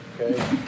Okay